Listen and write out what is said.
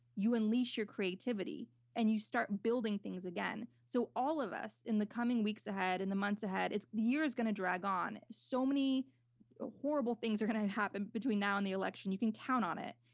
you unleash your creativity and you start building things again. so all of us in the coming weeks ahead, in the months ahead, the year is going to drag on, so many ah horrible things are going to happen between now and the election. you can count on it.